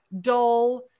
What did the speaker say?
dull